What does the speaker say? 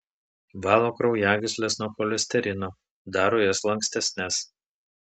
valo kraujagysles nuo cholesterino daro jas lankstesnes